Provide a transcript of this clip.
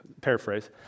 paraphrase